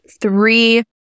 three